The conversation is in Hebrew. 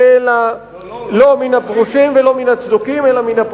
אלא מן הצבועים.